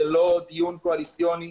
זה לא דיון קואליציוני.